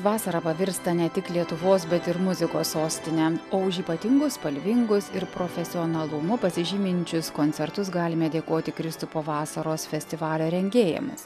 vasarą pavirsta ne tik lietuvos bet ir muzikos sostine o už ypatingus spalvingus ir profesionalumu pasižyminčius koncertus galime dėkoti kristupo vasaros festivalio rengėjams